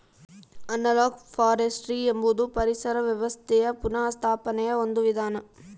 analogue forestry ಎಂಬುದು ಪರಿಸರ ವ್ಯವಸ್ಥೆಯ ಪುನಃಸ್ಥಾಪನೆಯ ಒಂದು ವಿಧಾನ